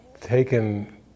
taken